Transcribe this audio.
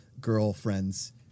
girlfriends